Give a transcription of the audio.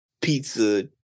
pizza